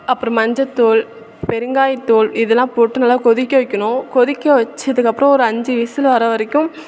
அப்புறம் மஞ்சத்தூள் பெருங்காயத்தூள் இதெல்லாம் போட்டு நல்லா கொதிக்க வைக்கணும் கொதிக்க வச்சதுக்கப்புறம் ஒரு அஞ்சு விசிலு வரை வரைக்கும்